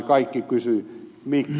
kaikki kysyivät miksi